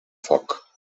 foc